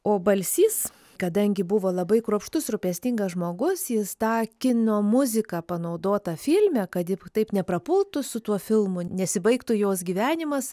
o balsys kadangi buvo labai kruopštus rūpestingas žmogus jis tą kino muziką panaudotą filme kad ji taip neprapultų su tuo filmu nesibaigtų jos gyvenimas